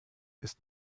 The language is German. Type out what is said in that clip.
ist